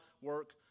work